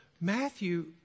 Matthew